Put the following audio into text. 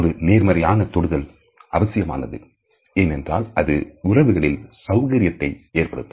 ஒரு நேர்மறையான தொடுதல் அவசியமானது ஏனென்றால் அது உறவுகளில் சௌகரியத்தையும் ஏற்படுத்தும்